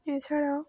এছাড়াও